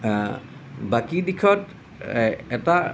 বাকী দিশত এটা